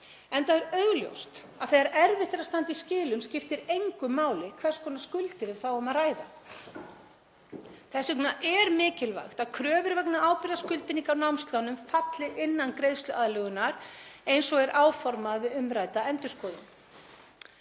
enda er augljóst að þegar erfitt er að standa í skilum skiptir engu máli hvers konar skuldir er þá um að ræða. Þess vegna er mikilvægt að kröfur vegna ábyrgðarskuldbindinga af námslánum falli innan greiðsluaðlögunar eins og er áformað við umrædda endurskoðun.